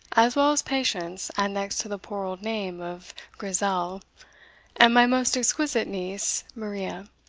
as well as patience annexed to the poor old name of grizzel and my most exquisite niece maria,